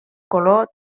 color